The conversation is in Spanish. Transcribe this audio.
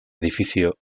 edificio